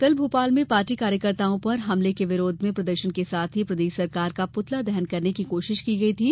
कल भोपाल में पार्टी कार्यकर्ताओं पर हमले के विरोध में प्रदर्शन के साथ ही प्रदेश सरकार का पुतला दहन करने की कोशिश की गई थी